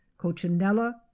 cochinella